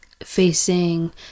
facing